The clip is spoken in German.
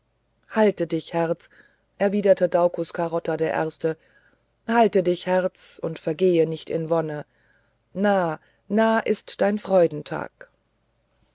halt dich herz erwiderte daucus carota der erste halt dich herz und vergeh nicht in wonne nah nah ist dein freudentag